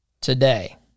today